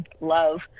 love